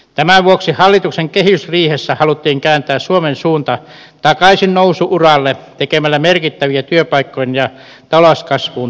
tämän vuoksi hallituksen kehysriihessä haluttiin kääntää suomen suunta takaisin nousu uralle tekemällä merkittäviä työpaikkoihin ja talouskasvuun tähtääviä toimia